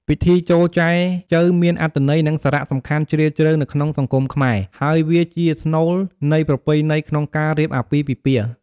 ពិធីចូលចែចូវមាន អត្ថន័យ និងសារៈសំខាន់ជ្រាលជ្រៅ នៅក្នុងសង្គមខ្មែរ ហើយវាជាស្នូលនៃប្រពៃណីក្នុងការរៀបអាពាហ៍ពិពាហ៍។